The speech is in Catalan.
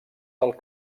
del